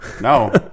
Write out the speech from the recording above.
No